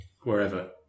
wherever